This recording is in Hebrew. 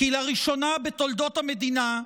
כי לראשונה בתולדות המדינה,